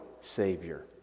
Savior